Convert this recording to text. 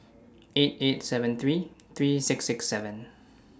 eight eight seven three three six six seven